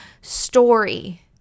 story